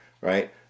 right